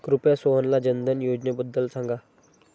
कृपया सोहनला जनधन योजनेबद्दल सांगा